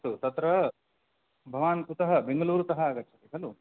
अस्तु तत्र भवान् कुतः बेङ्गलूरुतः आगच्छति खलु